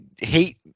hate